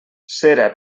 cera